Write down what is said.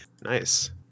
Nice